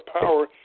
power